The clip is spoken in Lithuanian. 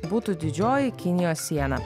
būtų didžioji kinijos siena